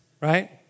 Right